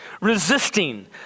Resisting